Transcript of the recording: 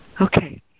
okay